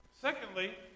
Secondly